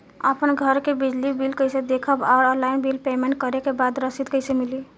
आपन घर के बिजली बिल कईसे देखम् और ऑनलाइन बिल पेमेंट करे के बाद रसीद कईसे मिली?